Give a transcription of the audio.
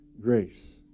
grace